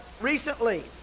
recently